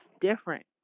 Different